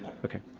okay.